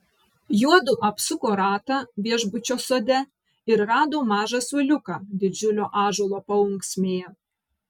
juodu apsuko ratą viešbučio sode ir rado mažą suoliuką didžiulio ąžuolo paūksmėje